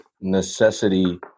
necessity